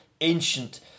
ancient